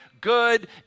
good